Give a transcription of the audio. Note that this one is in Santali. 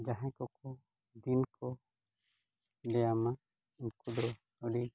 ᱡᱟᱦᱟᱸᱭ ᱠᱚᱠᱚ ᱫᱤᱱ ᱠᱚ ᱞᱟᱹᱭᱟᱢᱟ ᱩᱱᱠᱩ ᱫᱚ ᱟᱹᱰᱤ